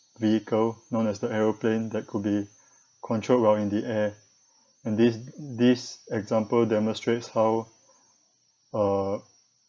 vehicle known as the aeroplane that could be controlled while in the air and this this example demonstrates how uh